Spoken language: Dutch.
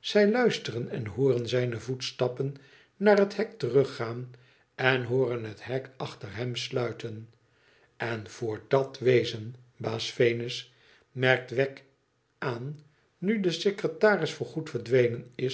zij luisteren en hooren zijne voetstappen naar het hek teruggaan en hooren het hek achter hem sluiten n voor dat wezen baas venus merkt wegg aan nu de secretaris voorgoed verdwenen is